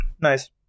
nice